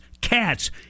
cats